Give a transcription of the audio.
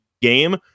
game